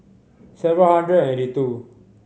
seven hundred eighty two